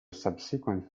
subsequent